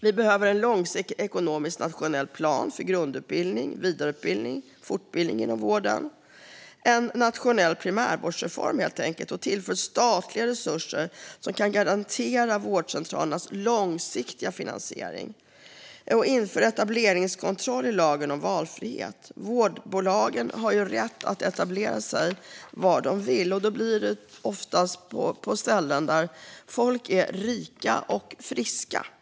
Vi behöver en långsiktig ekonomisk nationell plan för grundutbildning, vidareutbildning och fortbildning inom vården - helt enkelt en nationell primärvårdsreform. Statliga resurser måste tillföras som kan garantera vårdcentralernas långsiktiga finansiering. Inför etableringskontroll i lagen om valfrihet! Vårdbolagen har rätt att etablera sig var de vill, och då blir det oftast på ställen där folk är rika och friska.